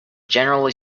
generally